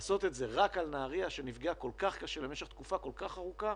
לעשות את זה רק על נהריה שנפגעה כל כך קשה במשך תקופה כל כך ארוכה